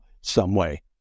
someway